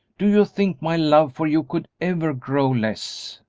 do you think my love for you could ever grow less?